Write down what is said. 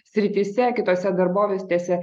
srityse kitose darbovietėse